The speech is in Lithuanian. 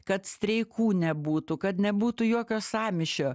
kad streikų nebūtų kad nebūtų jokio sąmyšio